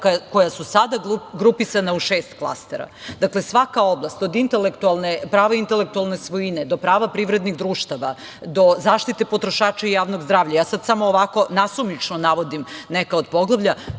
koja su sada grupisana u šest klastera. Dakle, svaka oblast od prava intelektualne svojine do prava privrednih društava, do zaštite potrošača i javnog zdravlja, ja sada samo ovako nasumično navodim neka od poglavlja,